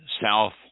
south